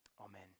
Amen